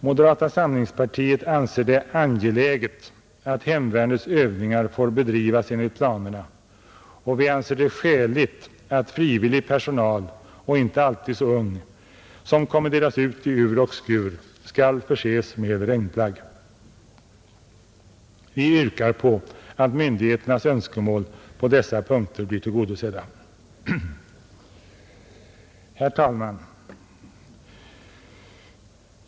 Moderata samlingspartiet anser att det är angeläget att hemvärnets övningar får bedrivas enligt planerna, och vi anser det skäligt att frivillig personal — inte alltid så ung — som kommenderas ut i ur och skur skall förses med regnplagg. Vi yrkar att myndigheternas önskemål på dessa punkter blir tillgodosedda. Herr talman!